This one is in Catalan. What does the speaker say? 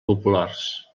populars